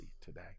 today